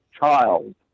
child